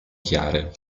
chiare